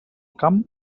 camp